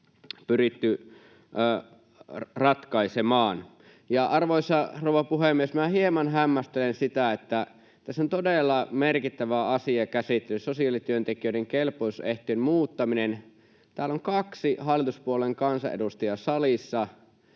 pyritty ratkaisemaan. Arvoisa rouva puhemies! Minä hieman hämmästelen sitä, että vaikka tässä on todella merkittävä asia käsittelyssä, sosiaalityöntekijöiden kelpoisuusehtojen muuttaminen, niin täällä salissa on kaksi hallituspuolueen kansanedustajaa.